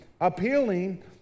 appealing